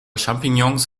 champignons